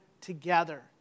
together